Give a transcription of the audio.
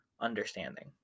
understanding